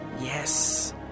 Yes